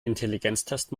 intelligenztest